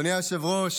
אדוני היושב-ראש,